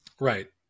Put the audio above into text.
Right